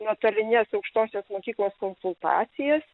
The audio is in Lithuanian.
nuotolines aukštosios mokyklos konsultacijas